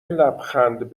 لبخند